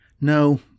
No